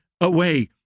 away